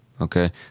Okay